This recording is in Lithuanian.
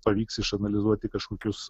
pavyks išanalizuoti kažkokius